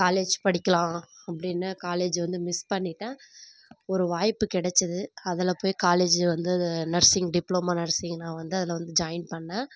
college படிக்கலாம் அப்படீன்னு college வந்து மிஸ் பண்ணிவிட்டேன் ஒரு வாய்ப்பு கிடச்சது அதில் போய் காலேஜ் வந்து அது நர்சிங் டிப்ளமோ நர்சிங் நான் வந்து அதில் வந்து ஜாயின் பண்ணேன்